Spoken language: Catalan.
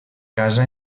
casa